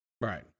Right